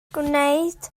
gwneud